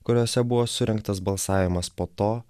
kuriose buvo surengtas balsavimas po to